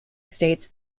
states